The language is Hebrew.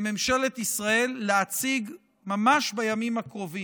לממשלת ישראל, להציג ממש בימים הקרובים,